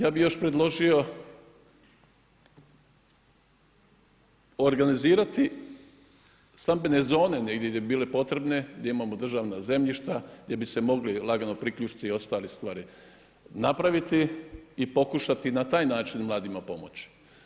Ja bih još predložio organizirati stambene zone gdje bi bile potrebne gdje imamo državna zemljišta gdje bi se mogli priključiti i ostale stvari, napraviti i pokušati na taj način mladima pomoći.